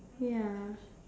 ya